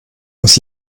muss